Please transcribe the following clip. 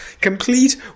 complete